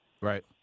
Right